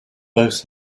both